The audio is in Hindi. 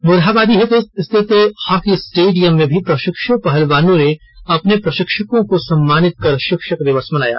मोरहाबादी स्थित हॉकी स्टेडियम में भी प्रशिक्ष् पहलवानों ने अपने प्रशिक्षकों को सम्मानित कर शिक्षक दिवस मनाया